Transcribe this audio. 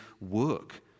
work